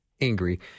angry